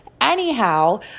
Anyhow